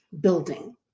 building